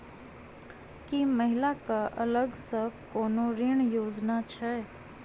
की महिला कऽ अलग सँ कोनो ऋण योजना छैक?